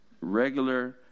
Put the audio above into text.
regular